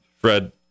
Fred